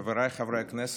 חבריי חברי הכנסת,